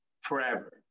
forever